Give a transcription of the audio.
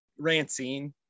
Rancine